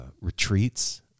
retreats